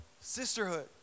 sisterhood